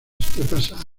estepas